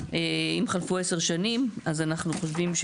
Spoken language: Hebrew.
אם חלפו עשר שנים, אז אנחנו חושבים,